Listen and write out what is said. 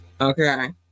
Okay